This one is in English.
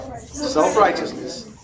Self-righteousness